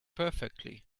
perfectly